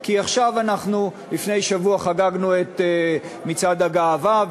כי אנחנו לפני שבוע חגגנו את מצעד הגאווה,